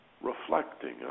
reflecting